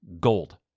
gold